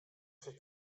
się